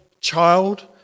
child